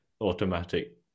automatic